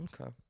Okay